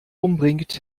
umbringt